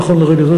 נכון לרגע זה,